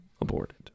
aborted